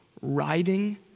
writing